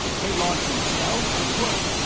they launchin' scouts, or what?